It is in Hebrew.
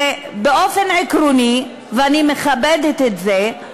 ובאופן עקרוני, ואני מכבדת את זה,